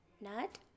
nut